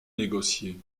négocier